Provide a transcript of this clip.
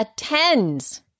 attends